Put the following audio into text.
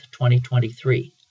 2023